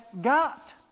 got